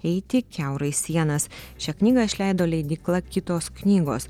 eiti kiaurai sienas šią knygą išleido leidykla kitos knygos